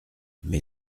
mais